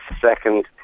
Second